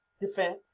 defense